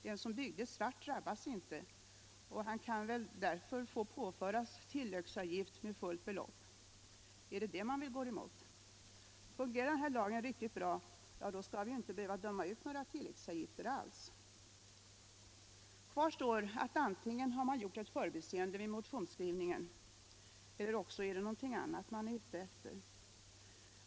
Den som byggde svart drabbas inte, och han kan väl därför få påföras tilläggsavgift med fullt belopp. Är det detta man går emot? Fungerar den här lagen riktigt bra skall vi ju inte behöva döma ut några tilläggsavgifter alls. Kvar står att antingen har man gjort ett förbiseende vid motionsskrivningen eller också är det något annat man är ute efter.